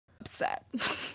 upset